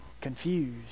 confused